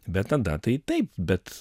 bet tada tai taip bet